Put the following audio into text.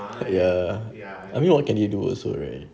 ya I mean what can you do also right